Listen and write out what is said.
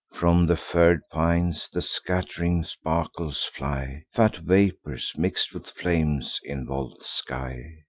from the fir'd pines the scatt'ring sparkles fly fat vapors, mix'd with flames, involve the sky.